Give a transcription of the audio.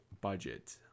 budget